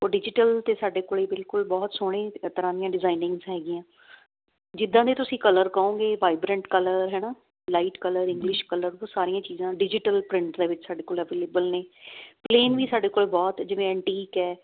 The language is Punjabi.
ਉਹ ਡਿਜੀਟਲ ਤੇ ਸਾਡੇ ਕੋਲੇ ਬਿਲਕੁਲ ਬਹੁਤ ਸੋਹਣੀ ਤਰ੍ਹਾਂ ਦੀਆਂ ਡਿਜ਼ਾਇਨਿੰਗਸ ਹੈਗੀਆਂ ਜਿੱਦਾਂ ਦੇ ਤੁਸੀਂ ਕਲਰ ਕਹੋਗੇ ਵਾਈਬਰੈਂਟ ਕਲਰ ਹਨਾ ਲਾਈਟ ਕਲਰ ਇੰਗਲਿਸ਼ ਕਲਰ ਉਹ ਸਾਰੀਆਂ ਚੀਜਾਂ ਡਿਜੀਟਲ ਪ੍ਰਿੰਟ ਦੇ ਵਿੱਚ ਸਾਡੇ ਕੋਲ ਐਵੇਲੇਬਲ ਨੇ ਪਲੇਨ ਵੀ ਸਾਡੇ ਕੋਲ ਬਹੁਤ ਜਿਵੇਂ ਐਨਟੀਕ ਐ